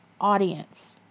audience